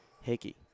Hickey